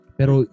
Pero